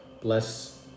Bless